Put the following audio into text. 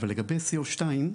אבל לגבי C02,